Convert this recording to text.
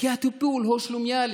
כי הטיפול הוא שלומיאלי.